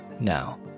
Now